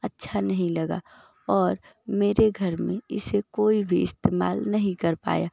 अच्छा नहीं लगा और मेरे घर में इसे कोई भी इस्तेमाल नहीं कर पाया